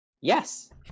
Yes